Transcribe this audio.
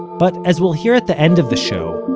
but, as we'll hear at the end of the show,